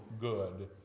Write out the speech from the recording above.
good